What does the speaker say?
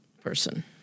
person